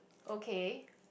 okay